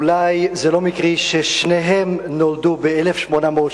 אולי זה לא מקרי ששניהם נולדו ב-1860,